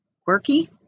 Quirky